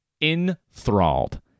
enthralled